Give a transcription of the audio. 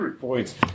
points